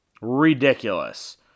Ridiculous